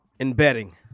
embedding